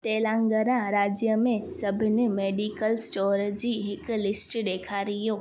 तेलंगाना राज्य में सभिनी मेडिकल स्टोर जी हिकु लिस्ट ॾेखारियो